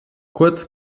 kurz